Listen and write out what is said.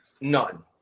None